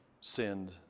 sinned